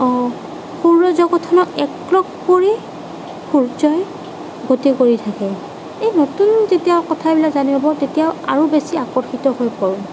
সৌৰজগতখনক একলগ কৰি সূৰ্যই গতি কৰি থাকে এই নতুন যেতিয়া কথাবিলাক জানিবলৈ পাওঁ তেতিয়া আৰু বেছি আকৰ্ষিত হৈ পৰোঁ